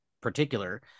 particular